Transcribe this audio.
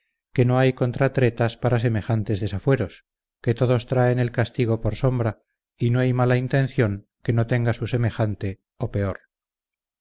que no hay contratretas para semejantes desafueros que todos traen el castigo por sombra y no hay mala intención que no tenga su semejante o peor